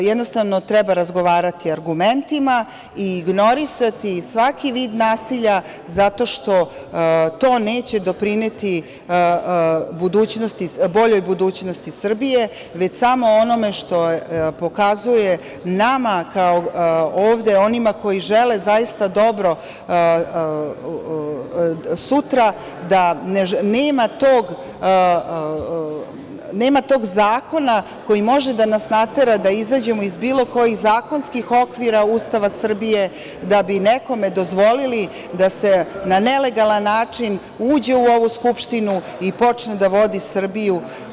Jednostavno, treba razgovarati argumentima i ignorisati svaki vid nasilja zato što to neće doprineti boljoj budućnosti Srbije, već samo onome što pokazuje nama ovde, onima koji žele zaista dobro sutra, da nema tog zakona koji može da nas natera da izađemo iz bilo kojih zakonskih okvira Ustava Srbije da bi nekome dozvolili da na nelegalan način uđe u ovu Skupštinu i počne da vodi Srbiju.